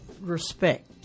respect